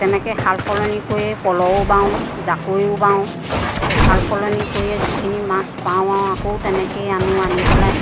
তেনেকৈ সাল সলনি কৰিয়েই পলহো বাও জাকৈও বাও সাল সলনি কৰিয়ে যিখিনি মাছ পাওঁ আৰু আকৌ তেনেকৈয়েই আনোঁ আনি পেলাই